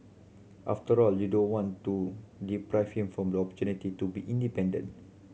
after all you don't want to deprive him for opportunity to be independent